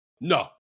No